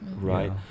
right